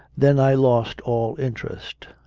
then i lost all interest.